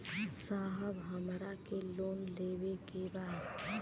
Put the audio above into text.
साहब हमरा के लोन लेवे के बा